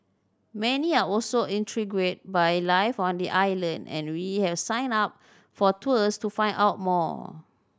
many are also intrigued by life on the island and we have signed up for tours to find out more